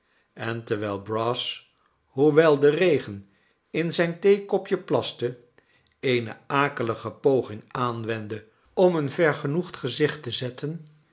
en terwijl brass hoewel de regen in zijn theekopje plaste eene akelige poging aanwendde om een vergenoegd gezicht te zetten